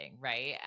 right